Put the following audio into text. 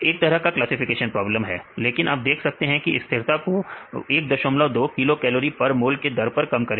एक तरह का क्लासिफिकेशन प्रॉब्लम है लेकिन आप देख सकते हैं यह स्थिरता को 12 kcal per mole के दर पर कम करेगा